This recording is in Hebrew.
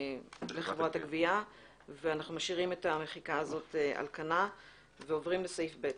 לחברת הגבייה ואנחנו משאירים את המחיקה הזאת על כנה ועוברים לסעיף (ב).